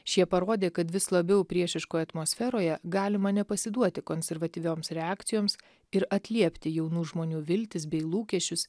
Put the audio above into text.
šie parodė kad vis labiau priešiškoje atmosferoje galima nepasiduoti konservatyvioms reakcijoms ir atliepti jaunų žmonių viltis bei lūkesčius